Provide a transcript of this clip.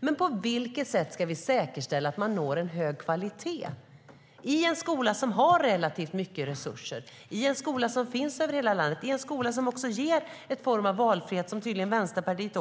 Men på vilket sätt ska vi säkerställa att vi når hög kvalitet i en skola som har relativt mycket resurser, i en skola som finns över hela landet, i en skola som ger en form av valfrihet, som tydligen också Vänsterpartiet